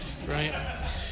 Right